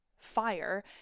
fire